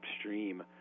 upstream